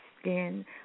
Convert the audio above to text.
skin